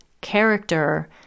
character